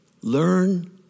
Learn